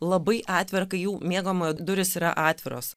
labai atvira kai jau miegamojo durys yra atviros